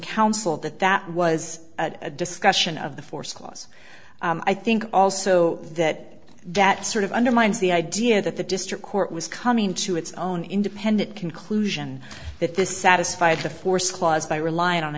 counsel that that was a discussion of the force clause i think also that that sort of undermines the idea that the district court was coming to its own independent conclusion that this satisfied the force clause by relying on